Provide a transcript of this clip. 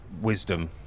wisdom